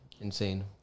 insane